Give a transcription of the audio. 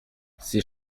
ces